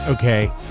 Okay